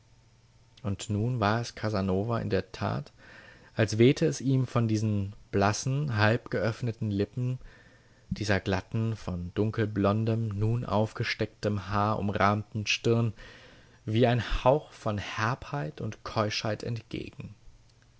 und nun war es casanova in der tat als wehte es ihm von diesen blassen halb geöffneten lippen dieser glatten von dunkelblondem nun aufgestecktem haar umrahmten stirn wie ein hauch von herbheit und keuschheit entgegen